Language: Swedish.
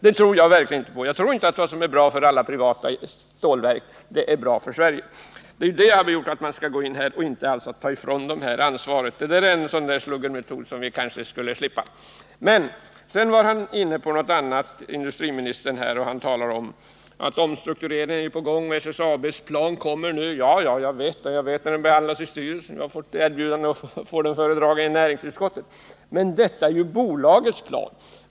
Jag tror inte att vad som är bra för alla privata stålverk också är bra för Sverige. Det är sådana överväganden, och inte någon önskan att ta ifrån dem ansvaret, som har föranlett oss att kräva åtgärder. Sedan talade industriministern om att en omstrukturering är på gång, att SSAB:s plan kommer. Ja, jag vet det. Jag vet också när den behandlades i styrelsen, och jag har fått erbjudande om att få den föredragen i näringsutskottet. Men detta är ju bolagets plan.